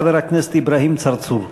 חבר הכנסת אברהים צרצור.